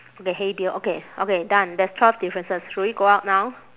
okay hey bill okay okay done there's twelve differences should we go out now